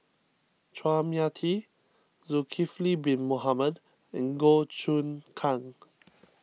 Chua Mia Tee Zulkifli Bin Mohamed and Goh Choon Kang